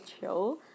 chill